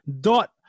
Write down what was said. dot